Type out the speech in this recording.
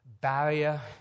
barrier